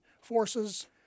forces